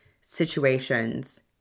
situations